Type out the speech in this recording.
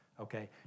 okay